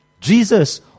Jesus